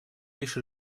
лишь